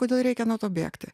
kodėl reikia nuo to bėgti